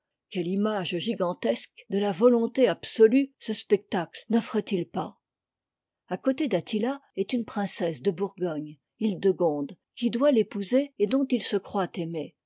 quelle image gigantesque de la volonté absolue ce spectacle noffret il pas a côté d'attila est une princesse de bourgogne hildegonde qui doit l'épouser et dont il se croit aimé